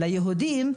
ליהודים,